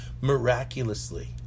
Miraculously